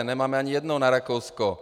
Nemáme ani jednu na Rakousko!